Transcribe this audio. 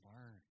learn